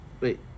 Wait